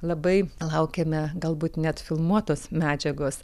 labai laukiame galbūt net filmuotos medžiagos